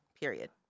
Period